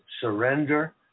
surrender